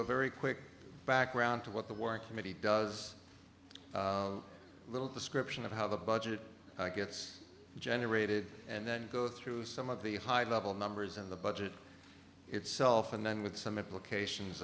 a very quick background to what the work committee does little description of how the budget gets generated and then go through some of the high level numbers in the budget itself and then with some implications